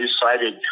decided